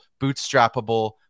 bootstrappable